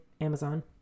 Amazon